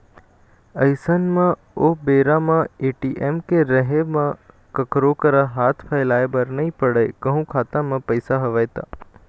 अइसन म ओ बेरा म ए.टी.एम के रहें म कखरो करा हाथ फइलाय बर नइ पड़य कहूँ खाता म पइसा हवय त